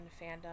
fandom